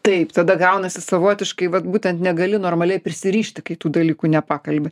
taip tada gaunasi savotiškai vat būtent negali normaliai prisirišti kai tų dalykų nepakalbi